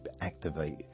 activate